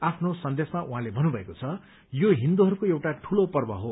आफ्नो सन्देशमा उहाँले भन्नुभएको छ यो हिन्दूहरूको एउटा दूलो पर्व हो